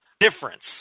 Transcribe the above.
difference